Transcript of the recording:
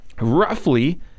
roughly